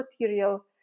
material